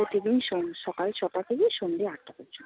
প্রতিদিন সকাল ছটা থেকে সন্ধ্যে আটটা পর্যন্ত